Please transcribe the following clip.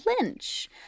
Lynch